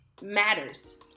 matters